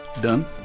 Done